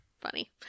Funny